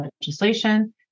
legislation